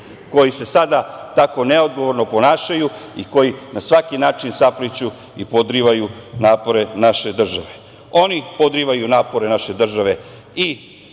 koji se sada tako neodgovorno ponašaju i koji na svaki način sapliću i podrivaju napore naše države. Oni podrivaju napore naše države i